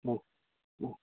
অঁ অঁ